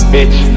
Bitch